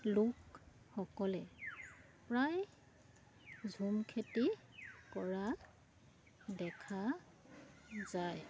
লোকসকলে প্ৰায় ঝুম খেতি কৰা দেখা যায়